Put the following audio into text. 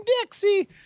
Dixie